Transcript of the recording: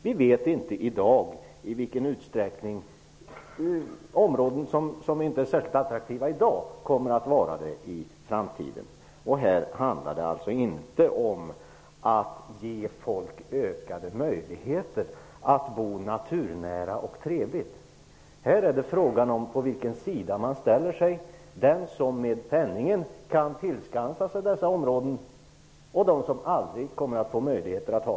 Vi vet inte i dag i vilken utsträckning områden som inte är särskilt attraktiva nu kommer att vara det i framtiden. Här handlar det inte om att ge folk ökade möjligheter att bo naturnära och trevligt. Här är det frågan om på vilken sida man ställer sig -- den där man med penningen kan tillskansa sig dessa områden eller den där man aldrig kommer att få möjligheter till det.